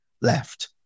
left